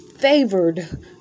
favored